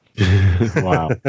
Wow